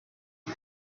iri